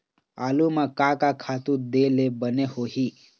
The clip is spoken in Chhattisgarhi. आलू म का का खातू दे ले बने होही?